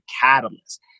catalyst